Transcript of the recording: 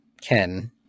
Ken